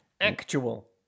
Actual